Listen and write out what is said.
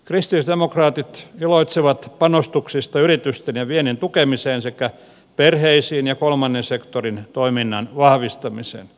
kristillisdemokraatit iloitsevat panostuksista yritysten ja viennin tukemiseen sekä perheisiin ja kolmannen sektorin toiminnan vahvistamiseen